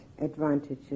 advantages